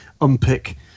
unpick